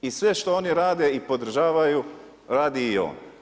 I sve što oni rade i podržavaju radi i on.